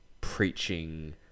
preaching